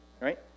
right